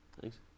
Thanks